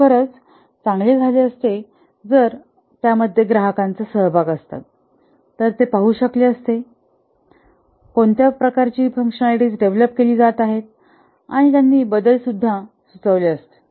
खरोखरच चांगले झाले असते जर ग्राहकांचा सहभाग असता तर ते पाहू शकले असते कोणत्या प्रकारची कार्ये डेव्हलप केली जात आहेत आणि त्यांनी बदल वगैरे सुचवले असते